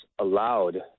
allowed